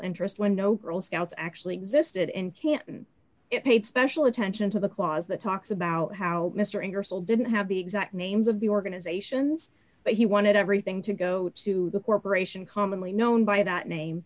interest when no girl scouts actually existed in canton it paid special attention to the clause that talks about how mr ingersoll didn't have the exact names of the organizations but he wanted everything to go to the corporation commonly known by that name